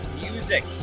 Music